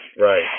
right